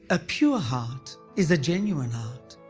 a pure heart is a genuine heart.